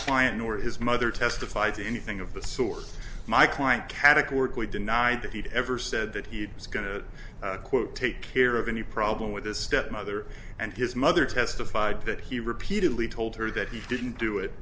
client nor his mother testified to anything of the sort my client categorically denied that he'd ever said that he was going to quote take care of any problem with this stepmother and his mother testified that he repeatedly told her that he didn't do it